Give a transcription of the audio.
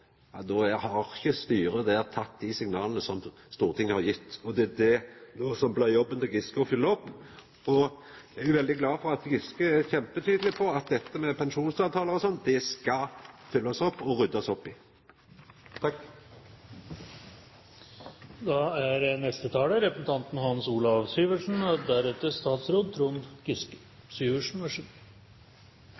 har ikkje styret der teke dei signala som Stortinget har gjeve. Det er det som blir jobben til statsråd Giske å følgja opp. Eg er veldig glad for at statsråd Giske er kjempetydeleg på at dette med pensjonsavtalar o.l. skal ein følgja opp og rydda opp i.